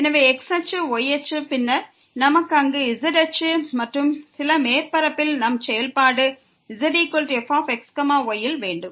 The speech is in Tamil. எனவே x அச்சு y அச்சு பின்னர் நமக்கு அங்கு z அச்சு மற்றும் சில மேற்பரப்பில் நம் செயல்பாடு zfx y ல் வேண்டும்